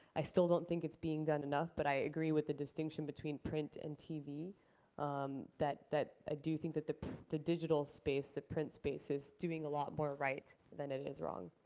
i still don't think it's being done enough, but i agree with the distinction between print and tv um that that i do think that the the digital space, the print space is doing a lot more right than it is wrong.